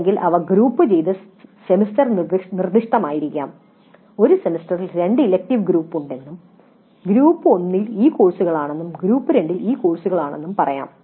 അല്ലെങ്കിൽ അവ ഗ്രൂപ്പുചെയ്ത് സെമസ്റ്റർ നിർദ്ദിഷ്ടമായിരിക്കാം ഒരു സെമസ്റ്ററിൽ രണ്ട് ഇലക്ടീവ് ഗ്രൂപ്പുകളുണ്ടെന്നും ഗ്രൂപ്പിൽ ഒന്നിൽ ഈ കോഴ്സുകളാണെന്നും ഗ്രൂപ്പ് രണ്ടിൽ ഈ കോഴ്സുകളാണെന്നും ഞാൻ പറയാം